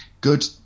good